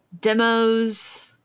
demos